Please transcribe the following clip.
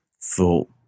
thought